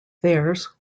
theirs